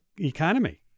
economy